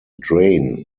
drain